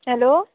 hello